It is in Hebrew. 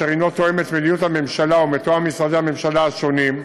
אשר תואם את מדיניות הממשלה ומתואם עם משרדי הממשלה השונים,